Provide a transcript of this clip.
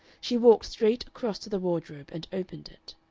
she walked straight across to the wardrobe and opened it.